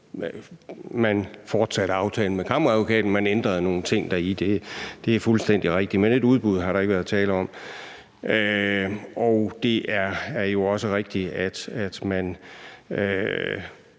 Man fortsatte aftalen med Kammeradvokaten, og man ændrede nogle ting deri – det er fuldstændig rigtigt – men et udbud har der ikke været tale om. Jeg hører fra Det